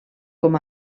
com